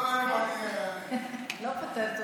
לא, איפה, אני, לא פוטרת אותך.